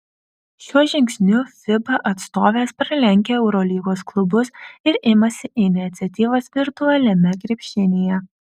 šiuo žingsniu fiba atstovės pralenkia eurolygos klubus ir imasi iniciatyvos virtualiame krepšinyje